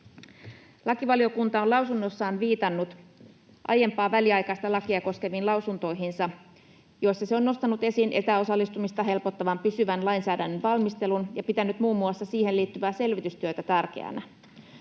Lakivaliokunta on lausunnossaan viitannut aiempiin väliaikaista lakia koskeviin lausuntoihinsa, joissa se on nostanut esiin etäosallistumista helpottavan pysyvän lainsäädännön valmistelun ja pitänyt muun muassa siihen liittyvää selvitystyötä tärkeänä.